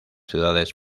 ciudades